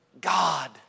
God